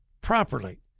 properly